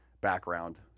background